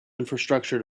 infrastructure